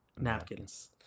napkins